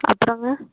அப்பறங்க